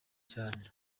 cyane